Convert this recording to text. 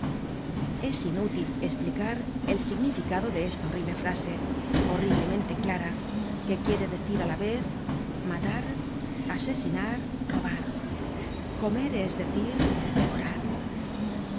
es inútil esplicar el significado de esta horrible frase horriblemente clara que quiere decir á la vez matar asesinar robar comer es decir devorar